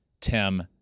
Tim